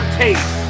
taste